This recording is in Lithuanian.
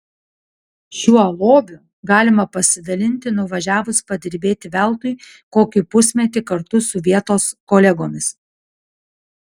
šiuo lobiu galima pasidalinti nuvažiavus padirbėti veltui kokį pusmetį kartu su vietos kolegomis